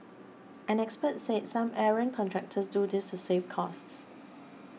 an expert said some errant contractors do this to save costs